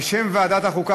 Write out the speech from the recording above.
בשם ועדת החוקה,